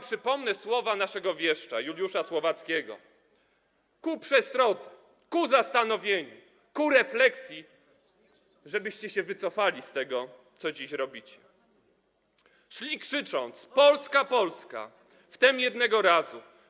Przypomnę wam słowa naszego wieszcza Juliusza Słowackiego - ku przestrodze, ku zastanowieniu, ku refleksji, żebyście się wycofali z tego, co dziś robicie: „Szli krzycząc: 'Polska, Polska!' - wtem jednego razu/